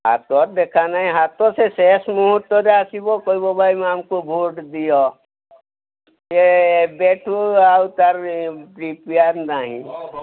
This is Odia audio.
ହାତ ଦେଖା ନାହିଁ ହାତ ସେ ଶେଷ ମୁହୂର୍ତ୍ତରେ ଆସିବ କହିବି ଭାଇ ଆମକୁ ଭୋଟ୍ ଦିଅ ସେ ଏବେ ଠୁ ଆଉ ତାର ପ୍ରିପେୟାର୍ ନାହିଁ